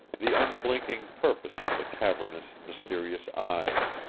the unblinking purpose of the cavernous, mysterious eyes.